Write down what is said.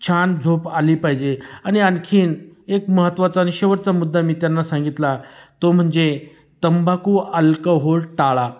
छान झोप आली पाहिजे आणि आणखी एक महत्त्वाचा नि शेवटचा मुद्दा मी त्यांना सांगितला तो म्हणजे तंबाखू आल्कहोल टाळा